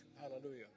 Hallelujah